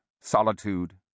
solitude